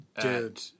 Dude